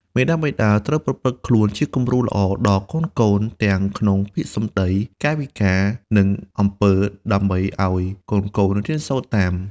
មាតាបិតាត្រូវប្រព្រឹត្តខ្លួនជាគំរូដ៏ល្អដល់កូនៗ ទាំងក្នុងពាក្យសម្ដី កាយវិការ និងអំពើ ដើម្បីឲ្យកូនៗរៀនសូត្រតាម។